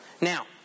Now